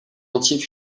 entier